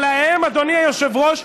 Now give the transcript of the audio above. אבל עליהם, אדוני היושב-ראש,